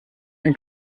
ein